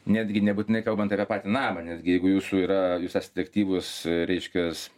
netgi nebūtinai kalbant apie patį namą netgi jeigu jūsų yra jūs esat aktyvus reiškias